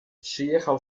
przyjechał